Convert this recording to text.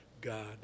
God